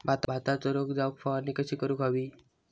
भातावरचो रोग जाऊक फवारणी कशी करूक हवी?